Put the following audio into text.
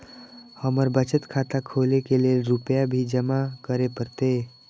हमर बचत खाता खोले के लेल रूपया भी जमा करे परते?